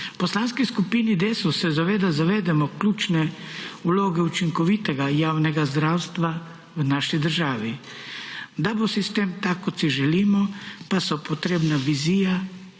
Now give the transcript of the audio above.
Poslanski skupini Desus se zavedamo ključne vloge učinkovitega javnega zdravstva v naši državi. Da bo sistem tak, kot si želimo, pa so potrebni vizija